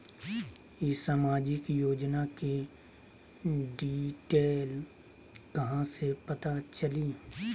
ई सामाजिक योजना के डिटेल कहा से पता चली?